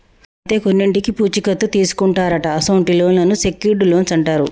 అయితే కొన్నింటికి పూచీ కత్తు తీసుకుంటారట అసొంటి లోన్లను సెక్యూర్ట్ లోన్లు అంటారు